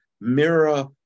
mirror